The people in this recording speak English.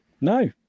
No